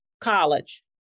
college